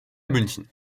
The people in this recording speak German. münchen